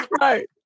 right